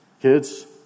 Kids